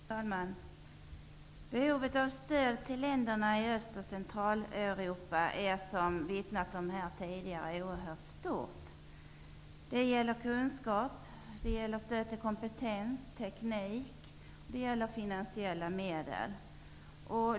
Fru talman! Behovet av stöd till länderna i Öst och Centraleuropa är, som tidigare omvittnats här, oerhört stort. Det gäller kunskap. Det gäller stöd till kompetens och teknik. Det gäller finansiella medel.